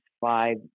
five